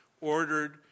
ordered